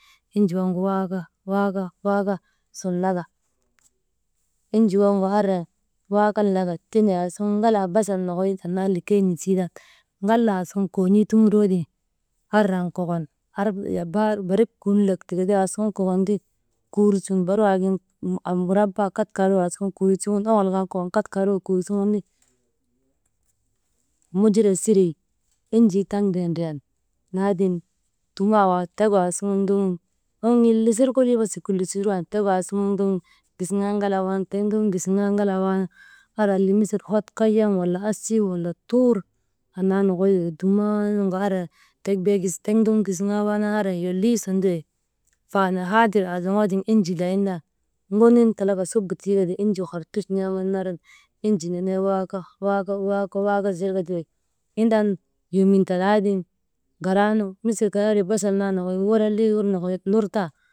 Enjii waŋgu waaka, waaka, waaka, sun laka enjii waŋgu andriyan waakan laka, tiŋ aasuŋ basal nokoy annaa likey nisii tan ŋalaa sun kon̰ii tuŋuroo tiŋ «hesitation» barik kullak tikati aasuŋun kokon ti kuur sun barik waagin aasuŋun murabak katkaaro kuur sun kokon kat kaaro kuur suŋun ti, mujura sirii enjii taŋtee ndriyan, laatiŋ tuumayet waa tegu aasuŋun ndogun, waŋ n̰illisir kolii bes wi kullisir wan, tigu aasuŋun ndogun gisiŋaa ŋalaa waanan, tek ndoŋun gisiŋaa ŋalaa waanan andrian ti misil hot kayaŋ wala asii, wala tuur annaa nokoy wika dumnaanu adriyan, tek «hesitation» tek bee ndoŋun gisiŋaa waanan lolii sun ti wey faanan haadir aazoŋoo tiŋ enjii layin tan, ŋonun talaka subu tiika ti enjii kartuch n̰aaman naran enjii nnenee waaka, waaka, waaka, zirka ti wey indan yomin talaatiŋ garaanu misil kay andri basal naa nokoy, liiwir nokoy lur tan.